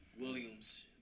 Williams